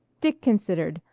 dick considered,